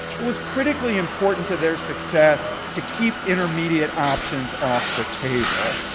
it was critically important to their success to keep intermediate options off the table.